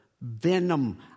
venom